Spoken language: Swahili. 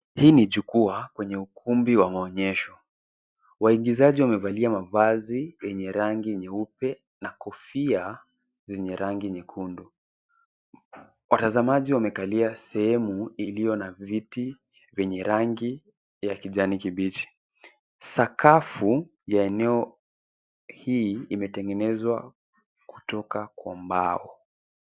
Hii ni jukwaa kwenye ukumbi wa maonyesho. Waigizaji wamevalia mavazi yenye rangi nyeupe na kofia zenye rangi nyekundu. Watazamaji wamekalia sehemu iliyo na viti, vyenye rangi ya kijani kibichi. Sakafu ya eneo hii imetengenezwa kutoka kwa mbao.